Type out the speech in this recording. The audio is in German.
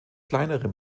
kleinere